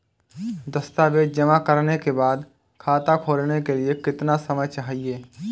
दस्तावेज़ जमा करने के बाद खाता खोलने के लिए कितना समय चाहिए?